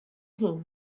ħin